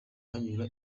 hanyura